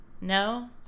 No